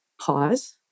Pause